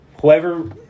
whoever